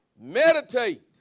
meditate